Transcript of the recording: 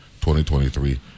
2023